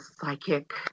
psychic